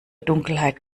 dunkelheit